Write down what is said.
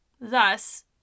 thus